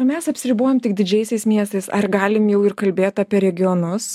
mes apsiribojam tik didžiaisiais miestais ar galim jau ir kalbėt apie regionus